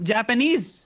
Japanese